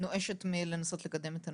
נואשת מלנסות לקדם את הנושא.